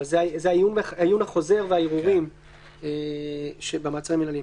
אבל זה העיון החוזר והערעורים במעצרים המינהליים.